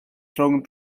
rhwng